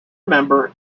member